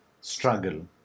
struggle